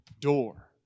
door